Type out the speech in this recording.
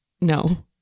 No